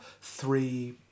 three